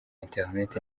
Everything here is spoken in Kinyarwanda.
internet